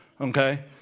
Okay